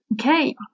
Okay